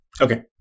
Okay